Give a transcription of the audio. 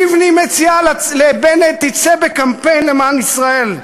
לבני מציעה לבנט: תצא בקמפיין למען ישראל,